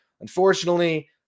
Unfortunately